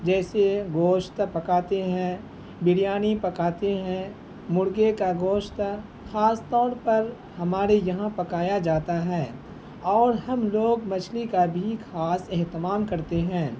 جیسے گوشت پکاتے ہیں بریانی پکاتے ہیں مرغے کا گوشت خاص طور پر ہمارے یہاں پکایا جاتا ہے اور ہم لوگ مچھلی کا بھی خاص اہتمام کرتے ہیں